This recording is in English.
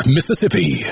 Mississippi